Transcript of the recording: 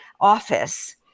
office